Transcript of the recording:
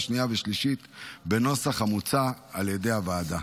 השנייה והשלישית בנוסח המוצע על ידי הוועדה.